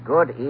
Good